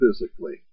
physically